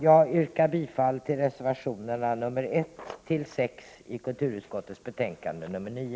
Jag yrkar bifall till reservationerna 1-6 till kulturutskottets betänkande 9.